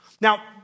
Now